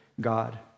God